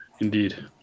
Indeed